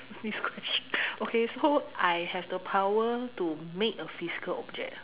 this question okay so I have the power to make a physical object ah